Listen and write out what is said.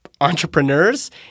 entrepreneurs